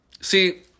See